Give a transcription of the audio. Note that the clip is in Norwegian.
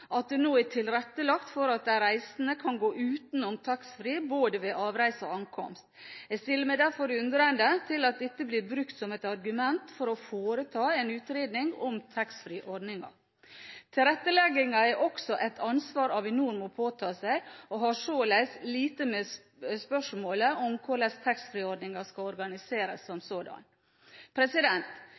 at det nå er tilrettelagt for at de reisende kan gå utenom taxfree-avdelingen både ved avreise og ved ankomst. Jeg stiller meg derfor undrende til at dette blir brukt som et argument for å foreta en utredning av taxfree-ordningen. Tilretteleggingen er også et ansvar Avinor må påta seg, og har således lite med spørsmålet om hvordan taxfree-ordningen som sådan skal organiseres,